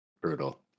Brutal